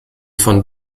von